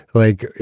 like,